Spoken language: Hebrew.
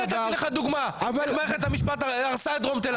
גם אני נתתי לך דוגמה איך מערכת המשפט הרסה את דרום תל אביב.